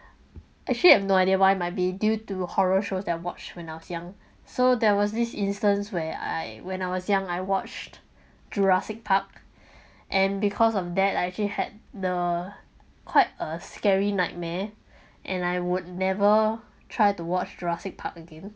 actually I have no idea why might be due to horror shows that I watch when I was young so there was this instance where I when I was young I watched jurassic park and because of that I actually had the quite a scary nightmare and I would never try to watch jurassic park again